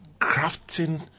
crafting